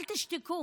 אל תשתקו